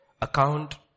account